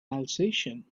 alsatian